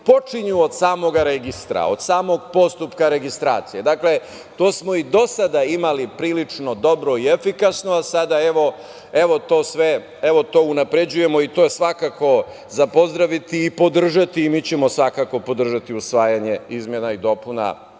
počinju od samog registra, od samog postupka registracije. To smo i do sada imali prilično dobro i efikasno, a sada to unapređujemo i to je svakako za pozdraviti i podržati i mi ćemo podržati usvajanje izmena i dopuna